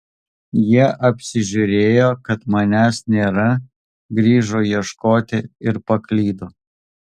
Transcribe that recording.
jie apsižiūrėjo kad manęs nėra grįžo ieškoti ir paklydo